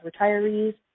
retirees